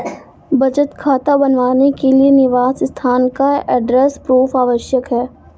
बचत खाता बनवाने के लिए निवास स्थान का एड्रेस प्रूफ आवश्यक है